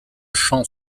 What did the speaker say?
champ